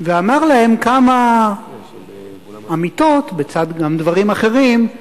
ואמר להם כמה אמיתות, בצד גם דברים אחרים,